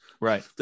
Right